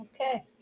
Okay